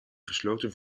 gesloten